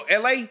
LA